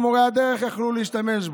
גם מורי הדרך היו יכולים להשתמש בו,